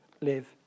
live